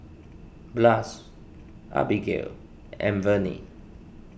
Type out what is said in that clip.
Blas Abigail and Venie